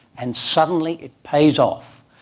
and suddenly it pays off.